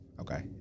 Okay